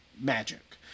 magic